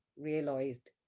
realized